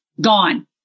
gone